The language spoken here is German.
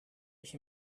ich